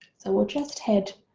so we'll just head